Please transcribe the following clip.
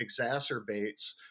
exacerbates